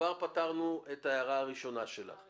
כבר פתרנו את ההערה הראשונה שלך.